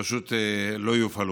פשוט לא יופעלו.